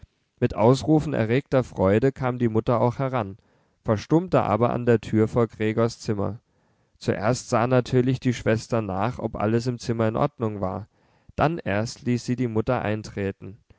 mit ausrufen erregter freude kam die mutter auch heran verstummte aber an der tür vor gregors zimmer zuerst sah natürlich die schwester nach ob alles im zimmer in ordnung war dann erst ließ sie die mutter eintreten